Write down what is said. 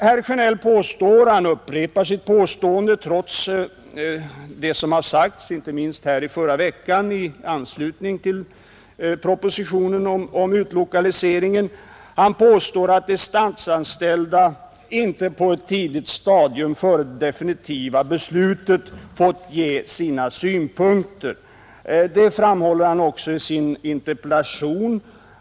Herr Sjönell påstår — och han upprepar sitt påstående trots det som har sagts, inte minst här i förra veckan i anslutning till propositionen om kratiska principer kratiska principer inom den statliga verksamheten utlokaliseringen — att de statsanställda inte på ett tidigt stadium före det definitiva beslutet fått ange sina synpunkter. Det framhåller han också i sin interpellation.